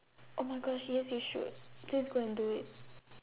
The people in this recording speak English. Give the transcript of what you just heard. oh my gosh yes you should please go and do it